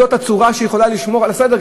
זאת הצורה שבה היא יכולה לשמור על הסדר,